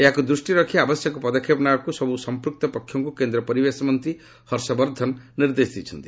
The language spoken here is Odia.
ଏହାକୁ ଦୃଷ୍ଟିରେ ରଖି ଆବଶ୍ୟକ ପଦକ୍ଷେପ ନେବାକୁ ସବୁ ସମ୍ପୃକ୍ତ ପକ୍ଷଙ୍କୁ କେନ୍ଦ୍ର ପରିବେଶ ମନ୍ତ୍ରୀ ହର୍ଷବର୍ଦ୍ଧନ ନିର୍ଦ୍ଦେଶ ଦେଇଛନ୍ତି